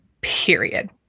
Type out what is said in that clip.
Period